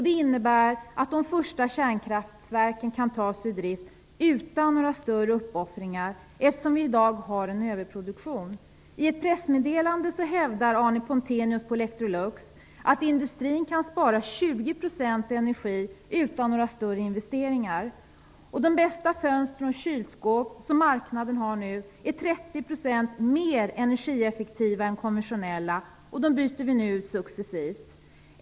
Det innebär att de första kärnkraftverken kan tas ur drift utan några större uppoffringar, eftersom vi i dag har en överproduktion. Electrolux, att industrin kan spara in på 20 % av sin energi utan några större investeringar. De bästa fönstren och kylskåpen på marknaden är 30 % mer energieffektiva än konventionella sådana, och dessa byter vi nu successivt ut.